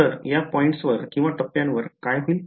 तर त्या पॉईंट्सवरटप्प्यावर काय होईल